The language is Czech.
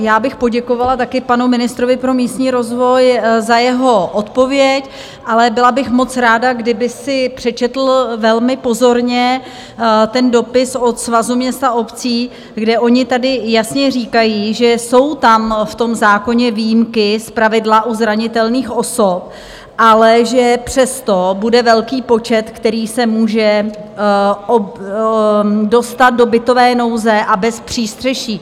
Já bych poděkovala taky panu ministrovi pro místní rozvoj za jeho odpověď, ale byla bych moc ráda, kdyby si přečetl velmi pozorně ten dopis od Svazu měst a obcí, kde oni tady jasně říkají, že jsou tam v tom zákoně výjimky zpravidla u zranitelných osob, ale že přesto bude velký počet, který se může dostat do bytové nouze a bez přístřeší.